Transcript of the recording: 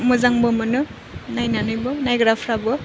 मोजांबो मोनो नायनानैबो नायग्राफ्राबो